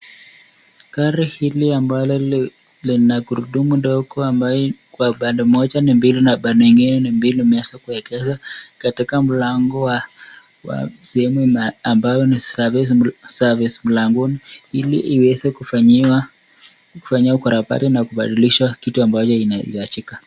Gari hili ambalo lina gurudumu ndogo ambaye kwa upande moja ni mbili na upande ingine ni mbili umeweza kuekeza katika mlango wa wa sehemu ambayo ni service mlangoni ili iweze kufanyiwa kufanyiwa ukarabati na kubadilishwa kitu ambayo inahitajika.